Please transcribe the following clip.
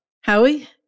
Howie